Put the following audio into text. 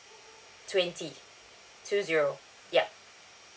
twenty two zero yup